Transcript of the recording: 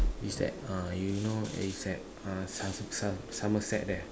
is at ah you know is at uh so~ so~ Somerset there